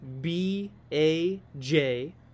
B-A-J